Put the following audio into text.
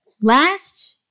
Last